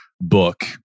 book